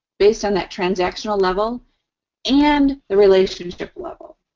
based on that transactional level and the relationship level.